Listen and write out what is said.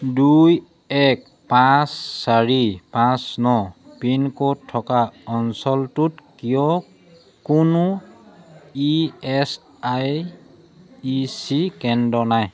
দুই এক পাঁচ চাৰি পাঁচ ন পিনক'ড থকা অঞ্চলটোত কিয় কোনো E S I E C কেন্দ্র নাই